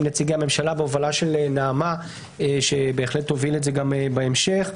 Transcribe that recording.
נציגי הממשלה בהובלת נעמה שתוביל את זה גם בהמשך.